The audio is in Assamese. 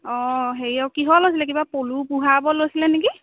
অঁ হেৰি অঁ কিহৰ লৈছিলে কিবা পলু পোহাৰ ওপৰত লৈছিলে নেকি